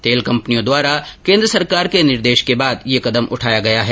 तेल कंपनियों द्वारा केन्द्र सरकार के निर्देश के बाद ये कदम उठाया गया है